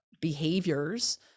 behaviors